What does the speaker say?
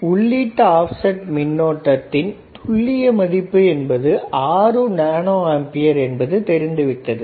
எனவே உள்ளீட்டு ஆப்செட் மின்னோட்டத்தின் துல்லிய மதிப்பு என்பது 6 நானோ ஆம்பியர் என்பது தெரிந்துவிட்டது